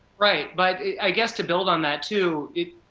right, but i guess, to build on that, too.